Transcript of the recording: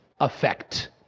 effect